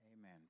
Amen